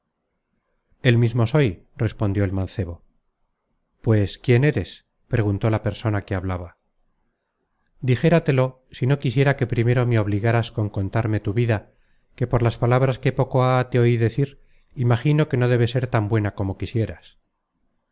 el mismo soy respondió el mancebo pues quién eres preguntó la persona que hablaba dijeratelo si no quisiera que primero me obligáras con contarme tu vida que por las palabras que poco há te oi decir imagino que no debe ser tan buena como quisieras